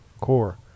core